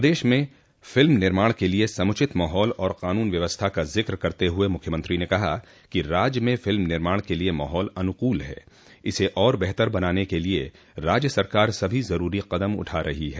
प्रदेश में फ़िल्म निर्माण के लिए समुचित माहौल और क़ानून व्यवस्था का जिक करते हुए मुख्यमंत्री ने कहा कि राज्य में फ़िल्म निर्माण के लिए माहौल अनुकूल है इसे और बेहतर बनाने के लिए राज्य सरकार सभी ज़रूरी कदम उठा रही है